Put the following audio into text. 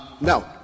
No